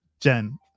Jen